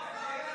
קח מקל,